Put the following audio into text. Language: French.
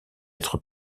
être